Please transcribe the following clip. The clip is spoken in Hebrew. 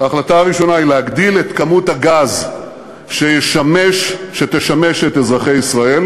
ההחלטה הראשונה היא להגדיל את כמות הגז שתשמש את אזרחי ישראל.